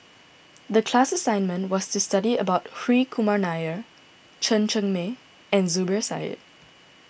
the class assignment was to study about Hri Kumar Nair Chen Cheng Mei and Zubir Said